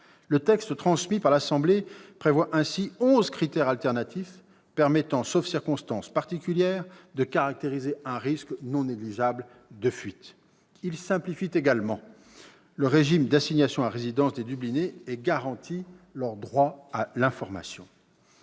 Le texte transmis par l'Assemblée nationale prévoit ainsi onze critères alternatifs permettant, sauf circonstance particulière, de caractériser un « risque non négligeable de fuite ». Il simplifie également le régime d'assignation à résidence des « dublinés » et garantit leur droit à l'information.